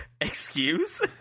excuse